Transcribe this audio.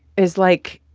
is, like,